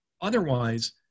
Otherwise